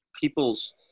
people's